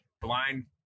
blind